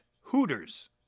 Hooters